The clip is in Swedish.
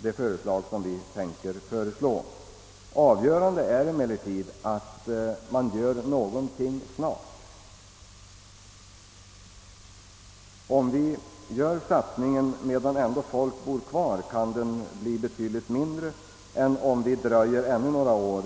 de förslag som vi tänker komma med som en för obetydlig satsning. Avgörande är emellertid att man gör någonting snart. Om vi gör satsningen medan folk ännu bor kvar, kan den bli betydligt mindre än om den dröjer ännu några år.